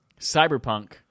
Cyberpunk